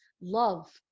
love